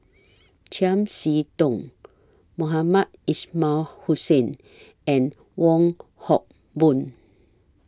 Chiam See Tong Mohamed Ismail Hussain and Wong Hock Boon